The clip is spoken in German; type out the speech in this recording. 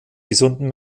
gesunden